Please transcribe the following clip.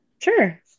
Sure